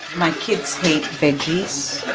my kids hate veggies,